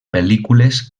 pel·lícules